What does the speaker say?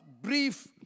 brief